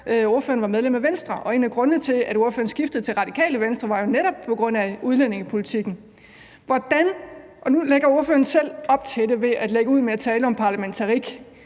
ordføreren var medlem af Venstre, og en af grundene til, at ordføreren skiftede til Radikale Venstre, var jo netop udlændingepolitikken. Hvordan – og nu lægger ordføreren selv op til det ved at lægge ud med at tale om parlamentarisme